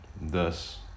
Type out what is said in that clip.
Thus